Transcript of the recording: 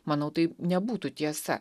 manau tai nebūtų tiesa